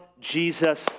Jesus